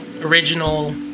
original